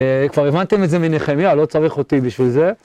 כבר הבנתם את זה מנחמיה, לא צריך אותי בשביל זה.